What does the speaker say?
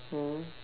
mm